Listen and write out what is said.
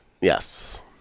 yes